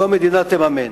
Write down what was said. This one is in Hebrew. אם המדינה תממן.